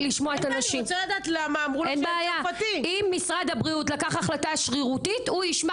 בגלל שמשרד הבריאות לא שמע אותן לפני ההחלטה השרירותית שהוא לקח,